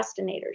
procrastinators